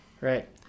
right